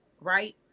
right